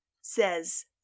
says